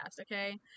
okay